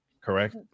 correct